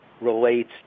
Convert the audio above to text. relates